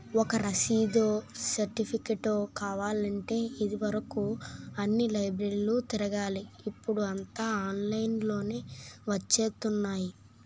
ఒక రసీదో, సెర్టిఫికేటో కావాలంటే ఇది వరుకు అన్ని లైబ్రరీలు తిరగాలి ఇప్పుడూ అంతా ఆన్లైన్ లోనే వచ్చేత్తున్నాయి